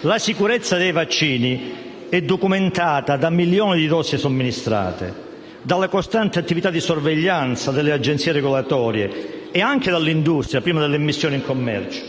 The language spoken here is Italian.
La sicurezza dei vaccini è documentata da milioni di dosi somministrate, dalla costante attività di sorveglianza delle agenzie regolatorie ed anche dell'industria, prima dell'immissione in commercio.